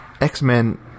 X-Men